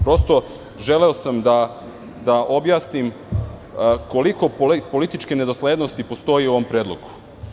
Prosto, želeo sam da objasnim koliko političke nedoslednosti postoji u ovompredlogu.